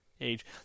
age